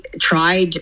tried